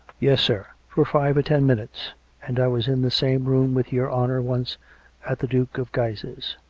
yes, sir for five or ten minutes and i was in the same room with your honour once at the duke of guise's.